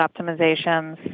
optimizations